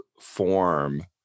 form